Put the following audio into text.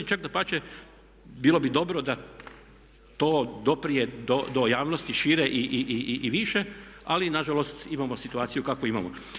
Čak dapače bilo bi dobro da to doprije do javnosti šire i više ali nažalost imamo situaciju kakvu imamo.